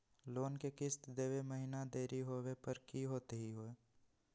Loan के किस्त देवे महिना देरी होवे पर की होतही हे?